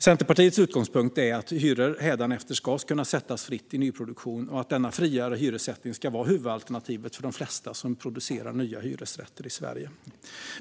Centerpartiets utgångspunkt är att hyror hädanefter ska kunna sättas fritt i nyproduktion och att denna friare hyressättning ska vara huvudalternativet för de flesta som producerar nya hyresrätter i Sverige.